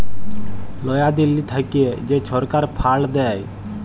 লয়া দিল্লী থ্যাইকে যে ছরকার ফাল্ড দেয়